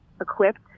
equipped